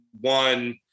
one